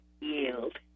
yield